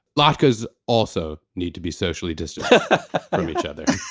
latkes also need to be socially distanced from each other.